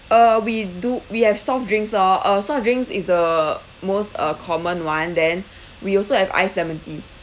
uh we do we have soft drinks lor uh soft drinks is the most uh common one then we also have ice lemon tea